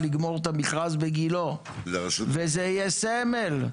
הזה בגילה וזה יהיה סמל.